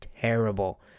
terrible